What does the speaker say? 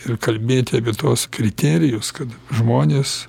ir kalbėti apie tuos kriterijus kad žmonės